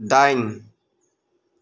दाइन